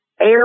air